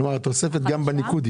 כלומר, התוספת תהיה גם בניקוד.